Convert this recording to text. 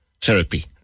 therapy